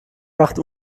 macht